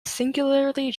singularly